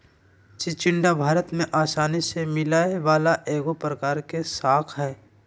चिचिण्डा भारत में आसानी से मिलय वला एगो प्रकार के शाक हइ